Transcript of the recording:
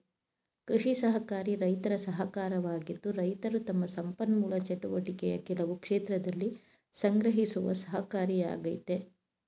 ಕೃಷಿ ಸಹಕಾರಿ ರೈತರ ಸಹಕಾರವಾಗಿದ್ದು ರೈತರು ತಮ್ಮ ಸಂಪನ್ಮೂಲ ಚಟುವಟಿಕೆಯ ಕೆಲವು ಕ್ಷೇತ್ರದಲ್ಲಿ ಸಂಗ್ರಹಿಸುವ ಸಹಕಾರಿಯಾಗಯ್ತೆ